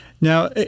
Now